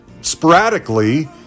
sporadically